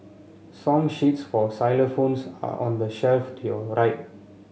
song sheets for xylophones are on the shelf to your right